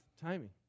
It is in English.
timing